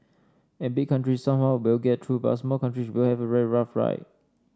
and big countries somehow will get through but small countries will have a very rough ride